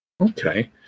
Okay